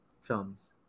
films